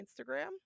Instagram